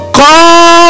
call